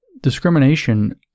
discrimination